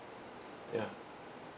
ya